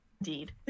Indeed